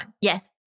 Yes